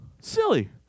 Silly